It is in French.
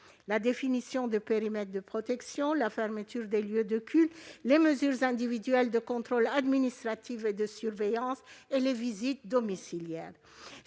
la définition des périmètres de protection, la fermeture des lieux de culte, les mesures individuelles de contrôle administratif et de surveillance et les visites domiciliaires.